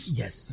yes